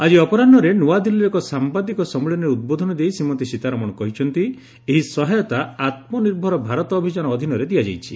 ଆଜି ଅପରାହୁରେ ନୁଆଦିଲ୍ଲୀରେ ଏକ ସାମ୍ବାଦିକ ସମ୍ମିଳନୀରେ ଉଦ୍ବୋଧନ ଦେଇ ଶ୍ରୀମତୀ ସୀତାରମଣ କହିଛନ୍ତି ଏହି ସହାୟତା ଆତ୍ମନିର୍ଭର ଭାରତ ଅଭିଯାନ ଅଧୀନରେ ଦିଆଯାଇଛି